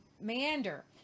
meander